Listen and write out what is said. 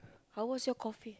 how was your coffee